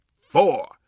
four